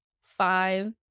five